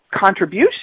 contribution